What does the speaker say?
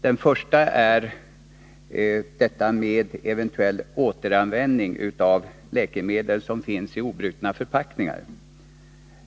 Den första frågan gäller eventuell återanvändning av läkemedel som finns i obrutna förpackningar.